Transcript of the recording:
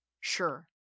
Sure